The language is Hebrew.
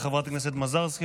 לחברת הכנסת מזרסקי,